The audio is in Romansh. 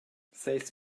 ses